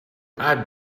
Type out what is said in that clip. add